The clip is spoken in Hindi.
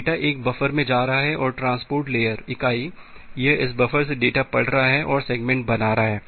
तो डेटा एक बफर में जा रहा है और ट्रांसपोर्ट लेयर इकाई यह इस बफर से डेटा पढ़ रहा है और सेगमेंट बना रहा है